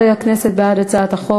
שבעה חברי הכנסת בעד הצעת החוק.